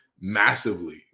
massively